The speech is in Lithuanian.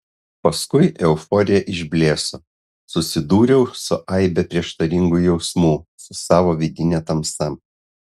paskui euforija išblėso susidūriau su aibe prieštaringų jausmų su savo vidine tamsa